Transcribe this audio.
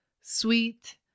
sweet